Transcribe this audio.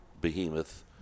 behemoth